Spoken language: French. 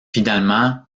finalement